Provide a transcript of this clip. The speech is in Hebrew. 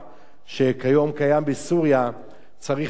שכיום קיים בסוריה צריך להזכיר לנו